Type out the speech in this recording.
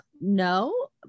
no